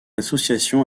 association